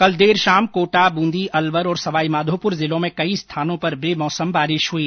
कल देर शाम कोटा बूंदी अलवर और सवाई माधोपुर जिलों में कई स्थानों पर बे मौसम बारिश हुई